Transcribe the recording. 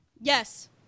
Yes